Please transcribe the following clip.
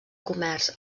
comerç